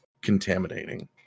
contaminating